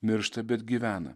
miršta bet gyvena